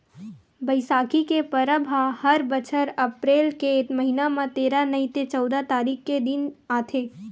बइसाखी के परब ह हर बछर अपरेल के महिना म तेरा नइ ते चउदा तारीख के दिन आथे